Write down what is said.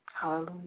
Hallelujah